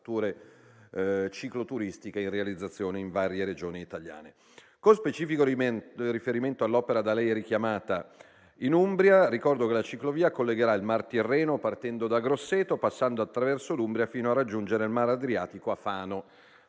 infrastrutture cicloturistiche in realizzazione in varie Regioni italiane. Con specifico riferimento all'opera richiamata in Umbria, ricordo che la ciclovia collegherà il Mar Tirreno partendo da Grosseto, passando attraverso l'Umbria, fino a raggiungere il Mar Adriatico a Fano,